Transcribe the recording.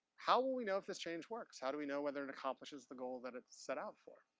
how will we know if this change works? how do we know whether it accomplishes the goal that it set out for?